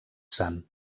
sant